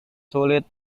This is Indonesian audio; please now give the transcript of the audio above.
sulit